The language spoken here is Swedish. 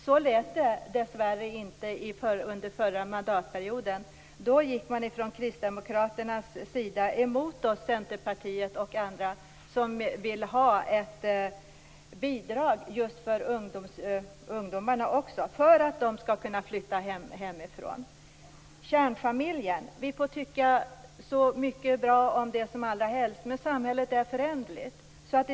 Så lät det dessvärre inte under förra mandatperioden. Då gick man från kristdemokraternas sida emot Centerpartiet och andra som ville ha ett bidrag just för att ungdomar skall kunna flytta hemifrån. När det gäller kärnfamiljen må vi tycka hur bra om den som helst, men samhället är föränderligt.